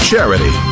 charity